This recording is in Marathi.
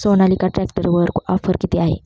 सोनालिका ट्रॅक्टरवर ऑफर किती आहे?